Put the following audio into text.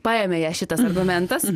paėmė ją šitas argumentas